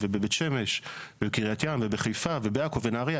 ובבית שמש ובקרית ים ובחיפה ובעכו ובנהריה.